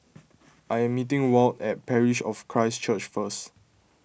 I am meeting Walt at Parish of Christ Church first